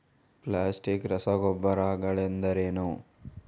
Plastic ರಸಗೊಬ್ಬರಗಳೆಂದರೇನು?